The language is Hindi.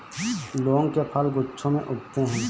लौंग के फल गुच्छों में उगते हैं